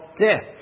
death